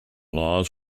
laws